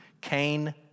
Cain